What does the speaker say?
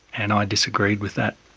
and i disagreed with that.